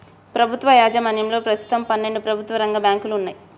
ప్రభుత్వ యాజమాన్యంలో ప్రస్తుతం పన్నెండు ప్రభుత్వ రంగ బ్యాంకులు వున్నయ్